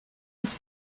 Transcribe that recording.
his